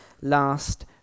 last